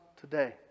today